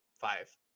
five